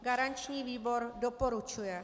Garanční výbor doporučuje.